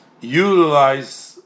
utilize